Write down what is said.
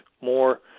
more